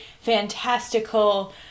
fantastical